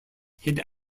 hid